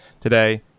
today